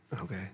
Okay